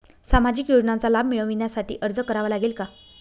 सामाजिक योजनांचा लाभ मिळविण्यासाठी अर्ज करावा लागेल का?